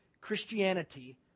Christianity